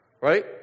Right